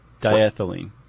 Diethylene